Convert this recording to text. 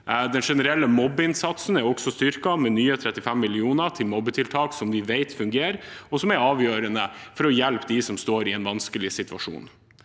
Den generelle innsatsen mot mobbing er også styrket med nye 35 mill. kr til tiltak som vi vet fungerer, og som er avgjørende for å hjelpe dem som står i en vanskelig situasjon.